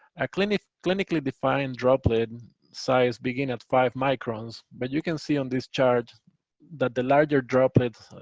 ah clinically clinically defined droplet size begin at five microns, but you can see on this chart that the larger droplets,